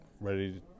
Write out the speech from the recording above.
ready